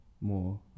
more